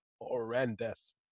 horrendous